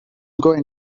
going